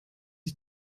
ich